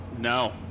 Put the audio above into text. No